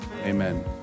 Amen